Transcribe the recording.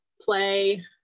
play